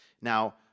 now